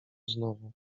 znowu